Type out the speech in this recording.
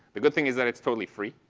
the good thing is that it's totally free,